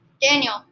Daniel